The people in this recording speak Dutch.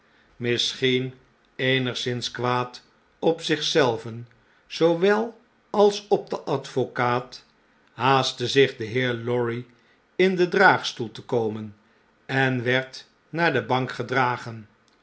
misschien eenigszins kwaad op zich zelven zoowel als op den advocaat haastte zich de heer lorry in den draagstoel te komen en werd naar de bank gedragen